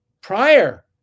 prior